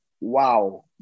wow